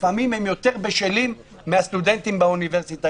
לפעמים הם יותר בשלים מהסטודנטים באוניברסיטה,